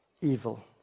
evil